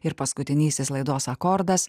ir paskutinysis laidos akordas